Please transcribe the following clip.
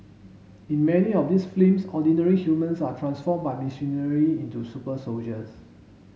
in many of these films ordinary humans are transformed by machinery into super soldiers